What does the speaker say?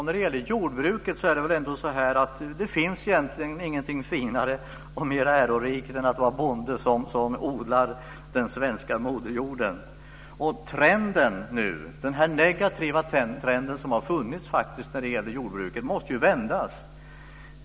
När det gäller jordbruket finns det egentligen ingenting som är finare och mer ärorikt än att vara bonde som odlar den svenska moderjorden. Den negativa trend som har funnits när det gäller jordbruket måste vändas.